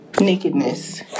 nakedness